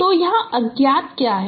तो यहाँ अज्ञात क्या हैं